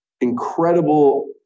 incredible